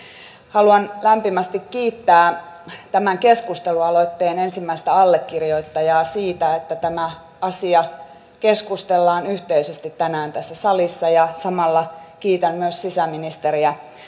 haluan lämpimästi kiittää tämän keskustelualoitteen ensimmäistä allekirjoittajaa siitä että tämä asia keskustellaan yhteisesti tänään tässä salissa ja samalla kiitän myös sisäministeriä